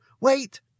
Wait